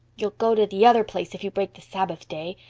you'll go to the other place if you break the sabbath day,